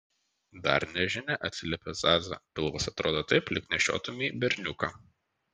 dar nežinia atsiliepė zaza pilvas atrodo taip lyg nešiotumei berniuką